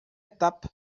etapa